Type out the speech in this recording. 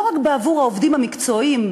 לא רק בעבור העובדים המקצועיים,